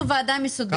אנחנו ועדה מסודרת.